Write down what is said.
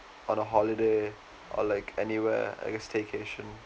on a holiday or like anywhere like a staycation